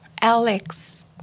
Alex